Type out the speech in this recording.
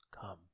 come